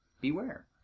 beware